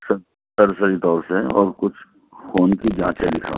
سب صحیح طور سے اور کچھ خون کی جانچیں لِکھ رہا ہوں